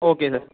okay sir